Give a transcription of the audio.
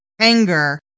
anger